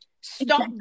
Stop